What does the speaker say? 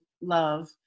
love